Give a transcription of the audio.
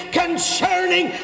concerning